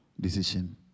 decision